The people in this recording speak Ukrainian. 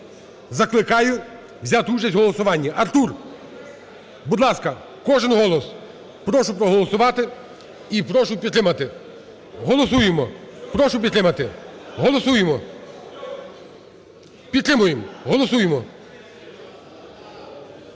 закликаю взяти участь в голосуванні. Артур, будь ласка, кожен голос! Прошу проголосувати і прошу підтримати. Голосуємо. Прошу підтримати. Голосуємо. Підтримаємо, голосуємо.